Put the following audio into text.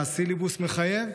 מה הסילבוס מחייב.